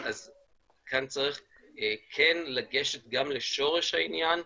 אז כאן צריך כן לגשת גם לשורש העניין,